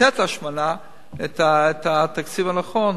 לתת להשמנה את התקציב הנכון